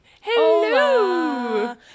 Hello